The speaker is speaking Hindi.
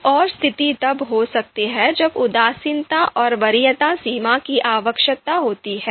एक और स्थिति तब हो सकती है जब उदासीनता और वरीयता सीमा की आवश्यकता होती है